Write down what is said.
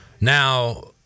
Now